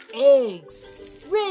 eggs